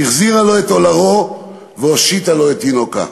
החזירה לו את אולרו והושיטה לו את תינוקה.